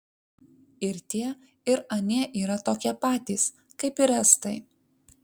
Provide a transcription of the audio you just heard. ir tie ir anie yra tokie patys kaip ir estai